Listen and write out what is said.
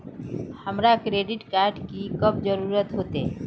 हमरा credit card की कब जरूरत होते?